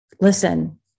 listen